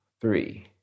three